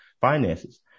Finances